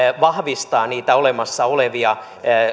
vahvistaa niitä olemassa olevia